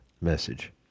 message